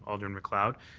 alderman macleod,